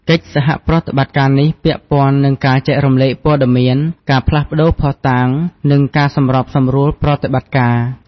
កិច្ចសហប្រតិបត្តិការនេះពាក់ព័ន្ធនឹងការចែករំលែកព័ត៌មាន ការផ្លាស់ប្តូរភស្តុតាង និងការសម្របសម្រួលប្រតិបត្តិការ។